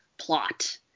plot